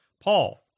Paul